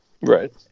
Right